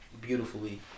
beautifully